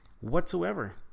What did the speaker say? whatsoever